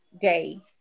day